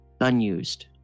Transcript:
unused